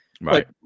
Right